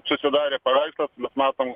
susidarė paveikslas matom